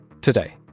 Today